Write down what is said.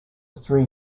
three